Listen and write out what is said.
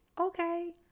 okay